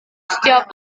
setiap